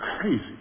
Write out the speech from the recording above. crazy